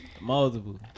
Multiple